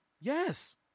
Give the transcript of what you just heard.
yes